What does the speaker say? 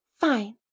fine